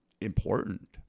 important